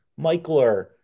Michler